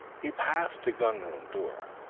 he passed the gun-room door,